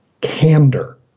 candor